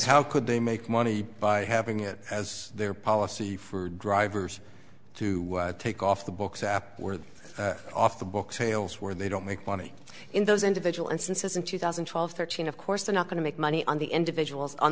how could they make money by having it as their policy for drivers to take off the books after we're off the book sales where they don't make money in those individual instances in two thousand and twelve thirteen of course they're not going to make money on the individuals on